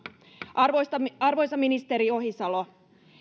arvoisa ministeri ohisalo